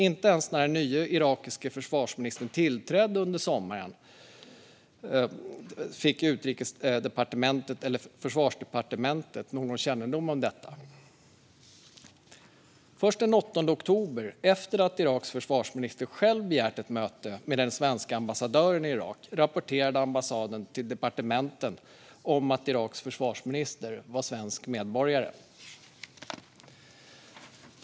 Inte ens när den nye irakiske försvarsministern tillträdde under sommaren fick Utrikesdepartementet eller Försvarsdepartementet någon kännedom om detta. Först den 8 oktober, efter att Iraks försvarsminister själv begärt ett möte med den svenska ambassadören i Irak, rapporterade ambassaden till departementen att Iraks försvarsminister var svensk medborgare.